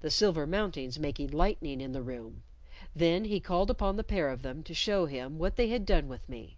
the silver mountings making lightning in the room then he called upon the pair of them to show him what they had done with me